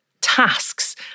tasks